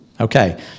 Okay